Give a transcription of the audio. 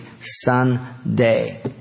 Sunday